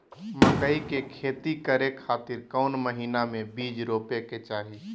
मकई के खेती करें खातिर कौन महीना में बीज रोपे के चाही?